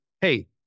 hey